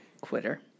Quitter